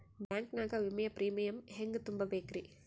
Bank ನಾಗ ವಿಮೆಯ premium ಹೆಂಗ್ ತುಂಬಾ ಬೇಕ್ರಿ?